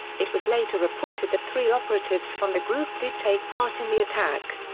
it was later reported that three operatives from the group did take part in the attack.